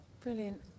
Brilliant